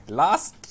last